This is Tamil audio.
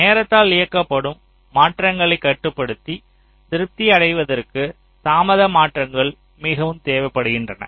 நேரத்தால் இயக்கப்படும் மாற்றங்களை கட்டுப்படுத்தி திருப்தி அடைவதற்கு தாமத மாற்றங்கள் மிகவும் தேவைப்படுகின்றன